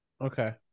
Okay